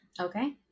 okay